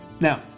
Now